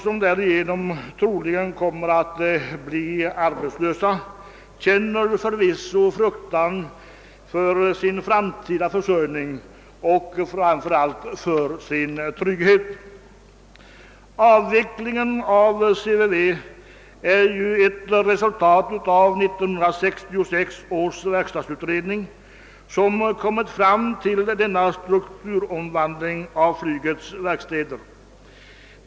Många människor kommer troligen att bli arbetslösa och känner förvisso fruktan för sin framtida försörjning och framför allt för sin trygghet. Avvecklingen av CVV är ett resultat av 1966 års verkstadsutredning, som kommit fram till att denna strukturomvandling av flygets verkstäder är lämplig.